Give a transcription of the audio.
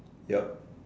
yup